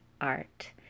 Art